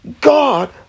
God